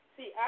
See